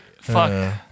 Fuck